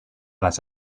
las